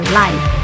life